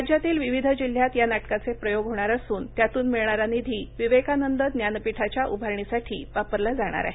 राज्यातील विविध जिल्ह्यात या नाटकाचे प्रयोग होणार असून त्यातून मिळणारा निधी विवेकानंद ज्ञानपीठाच्या उभारणीसाठी वापरला जाणार आहे